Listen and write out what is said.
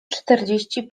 czterdzieści